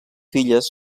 filles